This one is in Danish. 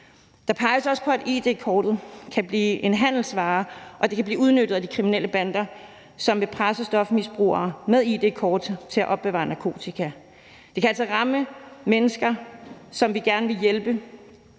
Der peges også på, at id-kortet kan blive en handelsvare, og at det kan blive udnyttet af de kriminelle bander, som vil presse stofmisbrugere med id-kort til at opbevare narkotika. Det kan altså ramme mennesker, som vi gerne vil hjælpe,